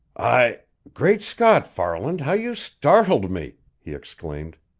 i great scott, farland, how you startled me! he exclaimed.